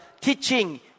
teaching